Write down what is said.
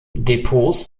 depots